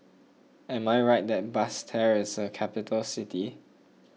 am I right that Basseterre is a capital city